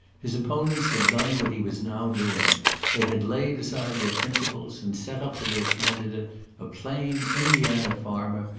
his opponents had done what he was now doing they had laid aside their principles and set up for their candidate a plain indiana farmer,